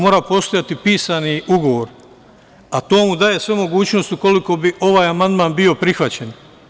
Mora postojati pisani ugovor, a to mu daje svu mogućnost, ukoliko bi ovaj amandman bih prihvaćen.